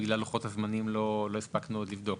בגלל לוחות הזמנים לא הספקנו לבדוק,